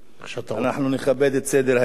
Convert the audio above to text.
איך שאתה, אנחנו נכבד את סדר-היום.